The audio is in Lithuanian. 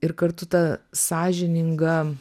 ir kartu ta sąžininga